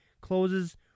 closes